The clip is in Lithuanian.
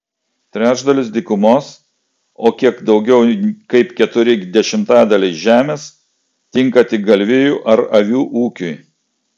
trečdalis dykumos o kiek daugiau kaip keturi dešimtadaliai žemės tinka tik galvijų ar avių ūkiui